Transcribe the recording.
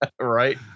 right